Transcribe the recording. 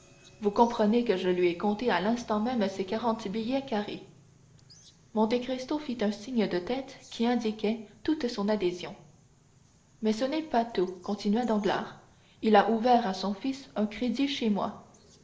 vous comprenez que je lui ai compté à l'instant même ses quarante billets carrés monte cristo fit un signe de tête qui indiquait toute son adhésion mais ce n'est pas tout continua danglars il a ouvert à son fils un crédit chez moi